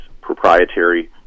proprietary